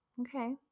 okay